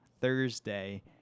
Thursday